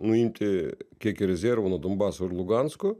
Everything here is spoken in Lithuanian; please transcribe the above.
nuimti kiek rezervo nuo donbaso ir lugansko